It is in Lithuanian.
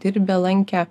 dirbę lankę